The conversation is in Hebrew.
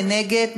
מי נגד?